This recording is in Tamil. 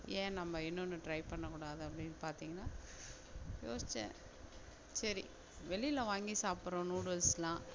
ஏன் நம்ம இன்னொன்று டிரை பண்ணக்கூடாது அப்படின்னு பார்த்திங்கன்னா யோசித்தேன் சரி வெளியில் வாங்கி சாப்புடுறோம் நூடுல்ஸ்லாம்